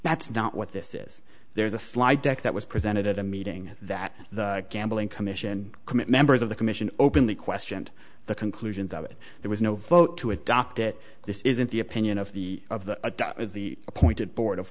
that's not what this is there's a slide deck that was presented at a meeting that the gambling commission commit members of the commission openly questioned the conclusions of it there was no vote to adopt it this isn't the opinion of the of the of the appointed board of